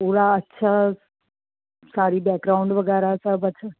ਪੂਰਾ ਅੱਛਾ ਸਾਰੀ ਬੈਕਗਰਾਊਂਡ ਵਗੈਰਾ ਸਭ ਅੱਛਾ